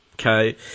okay